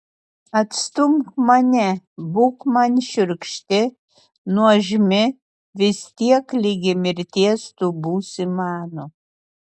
atstumk mane būk man šiurkšti nuožmi vis tiek ligi mirties tu būsi mano